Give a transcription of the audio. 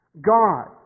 God